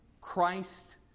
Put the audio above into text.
Christ